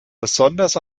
besonders